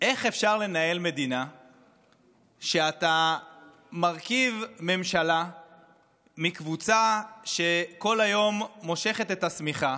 איך אפשר לנהל מדינה כשאתה מרכיב ממשלה מקבוצה שכל היום מושכת את השמיכה